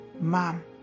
Mom